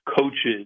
coaches